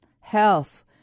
health